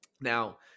Now